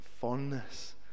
fondness